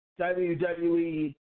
WWE